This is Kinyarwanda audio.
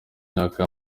myaka